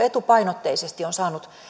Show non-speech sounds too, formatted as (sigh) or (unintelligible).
(unintelligible) etupainotteisesti on saanut